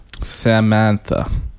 Samantha